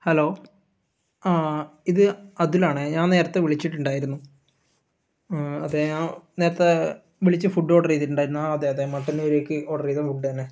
hello ആ ഇത് അതുലാണേ ഞാൻ നേരത്തെ വിളിച്ചിട്ടുണ്ടായിരുന്നു അതെ നേരത്തെ വിളിച്ച് ഫുഡ് ഓർഡർ ചെയ്തിട്ടുണ്ടായിരുന്നു അ അതെ അതെ മട്ടന്നൂരേയ്ക്ക് ഓർഡറ് ചെയ്ത ഫുഡ് തന്നെ